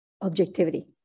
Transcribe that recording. objectivity